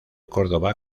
córdoba